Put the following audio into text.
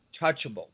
touchable